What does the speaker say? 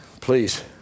Please